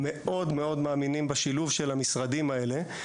מאוד מאוד מאמינים בשילוב של המשרדים האלה.